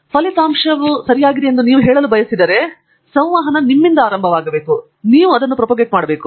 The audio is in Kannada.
ಫಲಿತಾಂಶವು ಸರಿಯಾಗಿದೆಯೆಂದು ನೀವು ಹೇಳಲು ಬಯಸಿದರೆ ಕನ್ವಿಕ್ಷನ್ ನಿಮ್ಮಿಂದ ಆರಂಭವಾಗಬೇಕು